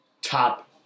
Top